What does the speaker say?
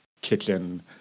kitchen